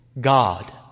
God